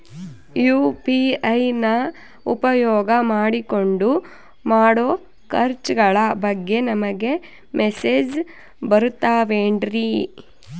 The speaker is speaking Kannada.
ಯು.ಪಿ.ಐ ನ ಉಪಯೋಗ ಮಾಡಿಕೊಂಡು ಮಾಡೋ ಖರ್ಚುಗಳ ಬಗ್ಗೆ ನನಗೆ ಮೆಸೇಜ್ ಬರುತ್ತಾವೇನ್ರಿ?